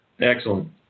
Excellent